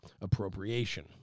appropriation